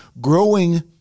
growing